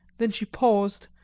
then she paused,